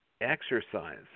Exercise